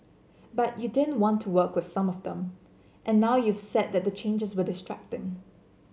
but you didn't want to work with some of them and now you've said that the changes were distracting